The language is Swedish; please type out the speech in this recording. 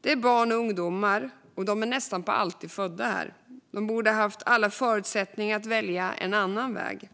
Det är barn och ungdomar, och de är nästan alltid födda här. De borde ha haft alla förutsättningar att välja en annan väg.